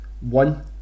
One